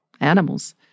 animals